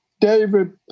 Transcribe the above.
David